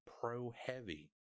pro-heavy